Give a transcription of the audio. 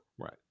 Right